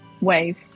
wave